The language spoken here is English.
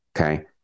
okay